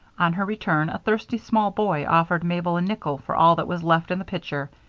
on her return, a thirsty small boy offered mabel a nickel for all that was left in the pitcher,